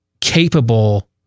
capable